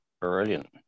brilliant